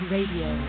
Radio